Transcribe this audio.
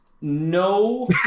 No